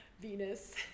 Venus